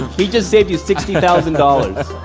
he just saved you sixty thousand dollars.